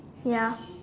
ya